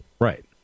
right